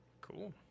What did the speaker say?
Cool